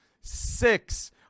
Six